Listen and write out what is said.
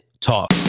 Talk